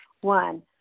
One